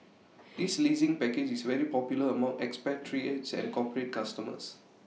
this leasing package is very popular among expatriates and corporate customers